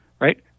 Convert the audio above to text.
right